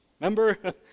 Remember